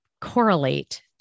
correlate